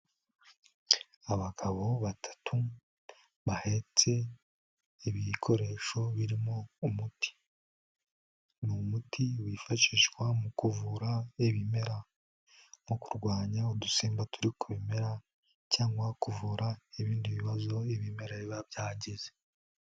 Abagabo batatu bahetse ibikoresho birimo umuti, ni umuti wifashishwa mu kuvura ibimera, mu kurwanya udusimba turi ku bimera cyangwa kuvura ibindi bibazo ibimera biba byagize.